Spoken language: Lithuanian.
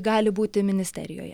gali būti ministerijoje